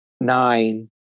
nine